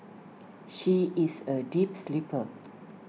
she is A deep sleeper